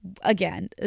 again